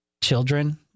children